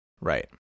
Right